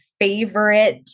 favorite